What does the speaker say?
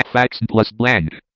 fax plus